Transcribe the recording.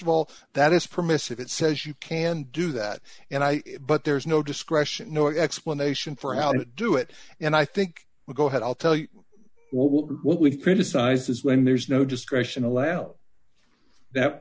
of all that is permissive it says you can do that and i but there's no discretion no explanation for how to do it and i think we go ahead i'll tell you what will what we criticize is when there's no discretion allow